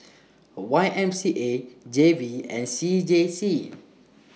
Y M C A G V and C J C